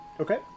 Okay